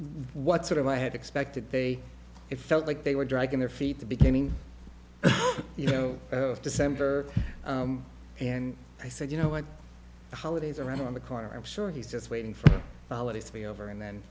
what sort of i had expected they it felt like they were dragging their feet the beginning you know december and i said you know what the holidays around the corner i'm sure he's just waiting for the holidays to be over and then